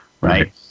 Right